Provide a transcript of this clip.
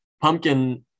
Pumpkin